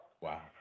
Wow